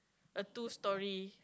a two storey